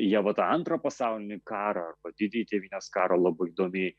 jie vat tą antrą pasaulinį karą arba didįjį tėvynės karą labai įdomiai